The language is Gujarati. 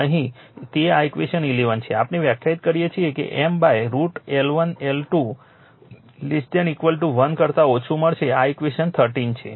તેથી આ ઈક્વેશન 11 છે આપણે વ્યાખ્યાયિત કરીએ છીએ કે M √ L1 L2 1 કરતાં ઓછું મળશે આ ઈક્વેશન 13 છે